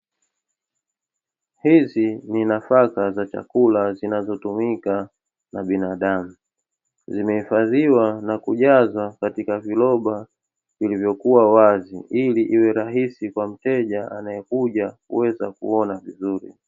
Hizi ni nafaka za chakula zinazotumika na binadamu. Zimehifadhiwa na kujazwa katika viroba vilivyokuwa wazi ili iwe rahisi kwa mteja anayekuja kuweza kuona vizuri.